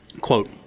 Quote